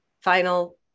final